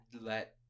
let